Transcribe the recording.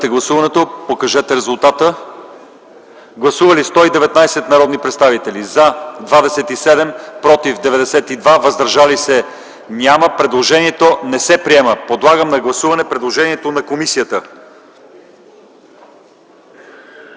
подкрепя предложението. Гласували 119 народни представители: за 27, против 92, въздържали се няма. Предложението не се приема. Подлагам на гласуване предложението на комисията.